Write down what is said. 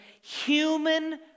human